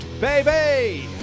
baby